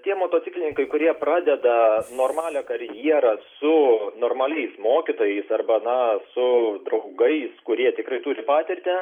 tie motociklininkai kurie pradeda normalią karjerą su normaliais mokytojais arba na su draugais kurie tikrai turi patirtį